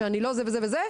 שאני לא זה וזה וזה,